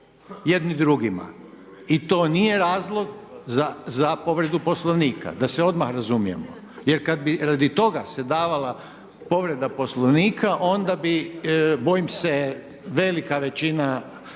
jedni drugim. I to nije razlog za povredu Poslovnika da se odmah razumijemo, jer kada bi radi toga se davala povreda poslovnika, onda bi, bojim se velika većina